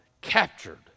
captured